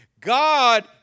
God